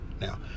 Now